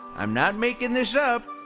i'm not making this up,